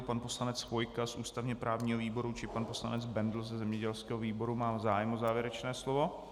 Pan poslanec Chvojka z ústavněprávního výboru či pan poslanec Bendl ze zemědělského výboru má zájem o závěrečné slovo?